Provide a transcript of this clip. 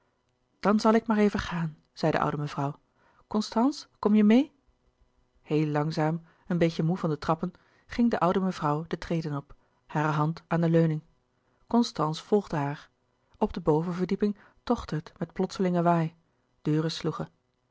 dan zal ik maar even gaan zei de oude mevrouw constance kom je meê louis couperus de boeken der kleine zielen heel langzaam een beetje moê van de trappen ging de oude mevrouw de treden op hare hand aan de leuning constance volgde haar op de bovenverdieping tochtte het met plotselinge waai deuren sloegen